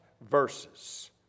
verses